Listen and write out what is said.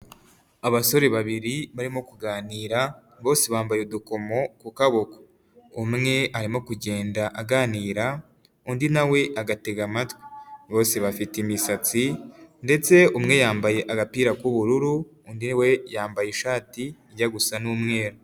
Abasore babiri barimo kuganira bose bambaye udukomo ku kaboko, umwe arimo kugenda aganira undi nawe agatega amatwi, bose bafite imisatsi ndetse umwe yambaye agapira k'ubururu undi we yambaye ishati ijya gusa n'umweru.